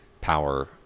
power